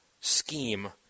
scheme